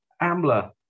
Ambler